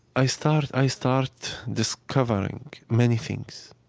i start i start discovering many things.